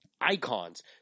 icons